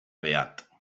beat